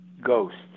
ghosts